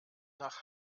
nach